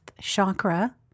chakra